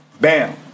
bam